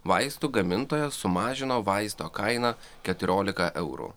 vaistų gamintojas sumažino vaisto kainą keturiolika eurų